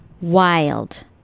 wild